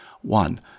One